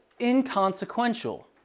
inconsequential